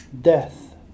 Death